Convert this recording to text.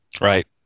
Right